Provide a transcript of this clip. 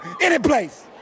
anyplace